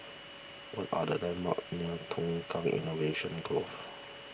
what are the landmarks near Tukang Innovation Grove